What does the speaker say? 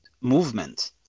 movement